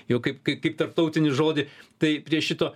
jau kaip kaip kaip tarptautinį žodį tai prie šito